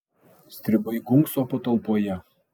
stribai gunkso patalpoje